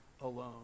alone